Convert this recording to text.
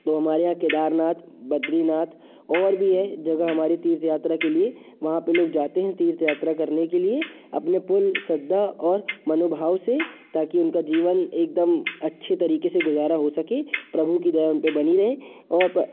तो हमारे यहाँ केदारनाथ बद्रीनाथ और भी है जगह हमारे तीर्थ यात्रा के लिए वहाँ पे लोग जाते हैं तीर्थ यात्रा करने के लिए अपने पूर्ण श्रद्धा और मनोभाव से ताकि उनका जीवन एकदम अच्छे तरीके से गुजारा हो सके प्रभु की दया उनपे बनी रहे और